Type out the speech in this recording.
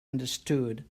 understood